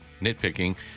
nitpicking –